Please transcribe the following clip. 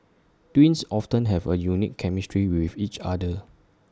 twins often have A unique chemistry with each other